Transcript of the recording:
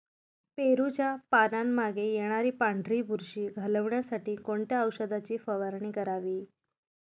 पेरूच्या पानांमागे येणारी पांढरी बुरशी घालवण्यासाठी कोणत्या औषधाची फवारणी करावी?